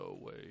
away